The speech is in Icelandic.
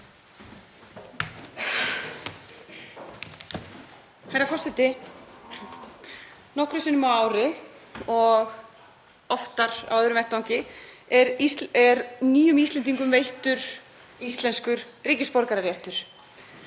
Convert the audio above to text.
Herra forseti. Nokkrum sinnum á ári og oftar á öðrum vettvangi er nýjum Íslendingum veittur íslenskur ríkisborgararéttur.